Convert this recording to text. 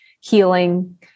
healing